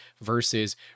versus